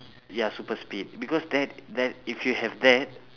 ya super speed because that that if you have that